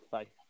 Bye